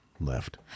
left